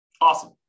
Awesome